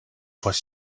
was